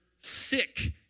sick